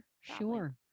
Sure